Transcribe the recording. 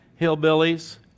hillbillies